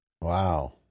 Wow